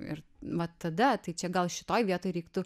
ir va tada tai čia gal šitoj vietoj reiktų